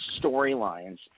storylines